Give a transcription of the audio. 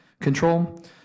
control